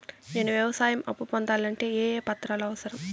నేను వ్యవసాయం అప్పు పొందాలంటే ఏ ఏ పత్రాలు అవసరం?